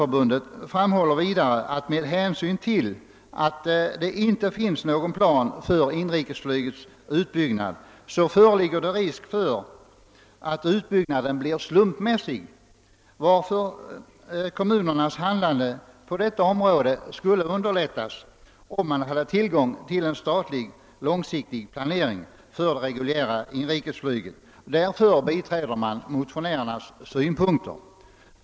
Förbundet framhåller vidare att det, med hänsyn till att ingen plan för inrikesflygets utbyggnad finns, föreligger risk för att utbyggnaden blir slumpmässig, varför kommunernas handlande skulle underlättas om de hade tillgång till en statlig långsiktig planering för det reguljära inrikesflyget. Förbundet biträder därför motionärernas synpunkter.